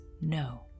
no